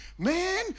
man